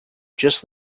just